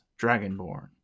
Dragonborn